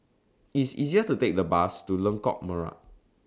It's easier to Take The Bus to Lengkok Merak